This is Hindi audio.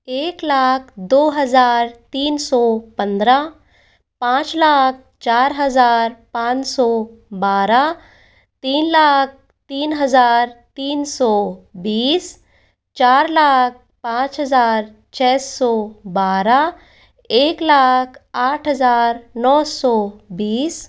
एक लाख दो हज़ार तीन सौ पंद्रह पांच लाख चार हज़ार पांच सौ बारह तीन लाख तीन हज़ार तीन सौ बीस चार लाख पांच हज़ार छः सौ बारह एक लाख आठ हज़ार नौ सौ बीस